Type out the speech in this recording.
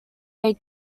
they